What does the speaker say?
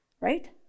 right